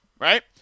Right